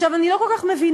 אני לא כל כך מבינה,